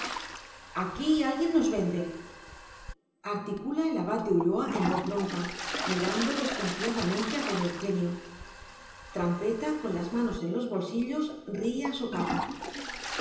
aquí alguien nos vende articula el abad de ulloa en voz bronca mirando desconfiadamente a don eugenio trampeta con las manos en los bolsillos ríe a socapa